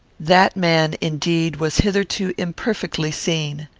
that man, indeed, was hitherto imperfectly seen.